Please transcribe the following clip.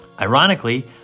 Ironically